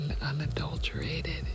unadulterated